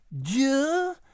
Dieu